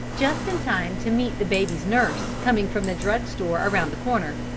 just in time to meet the baby's nurse coming from the drugstore around the corner.